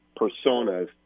personas